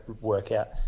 workout